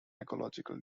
ecological